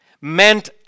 meant